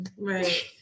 Right